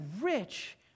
rich